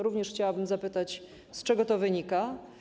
Również chciałabym zapytać, z czego to wynika.